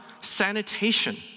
sanitation